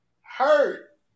hurt